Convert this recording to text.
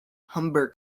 humber